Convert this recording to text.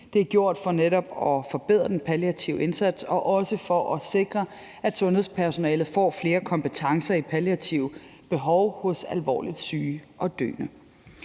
Det er gjort for netop at forbedre den palliative indsats og også for at sikre, at sundhedspersonalet får flere kompetencer i palliative behov hos alvorligt syge og døende.